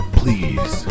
please